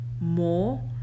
more